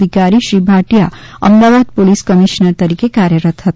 અધિકારી શ્રી ભાટિયા અમદાવાદના police commissioner તરીકે કાર્યરત હતા